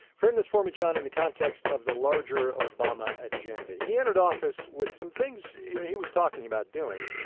frame this for me, john, in the context of the larger obama agenda. he entered office with some things yeah and he was talking about doing.